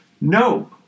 No